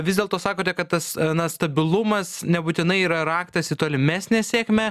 vis dėlto sakote kad tas na stabilumas nebūtinai yra raktas į tolimesnę sėkmę